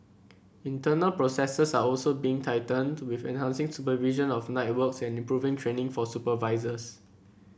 internal processes are also being tightened with enhancing supervision of night works and improving training for supervisors